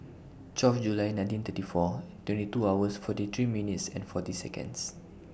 twelve July nineteen thirty four twenty two hours forty three minutes and forty Seconds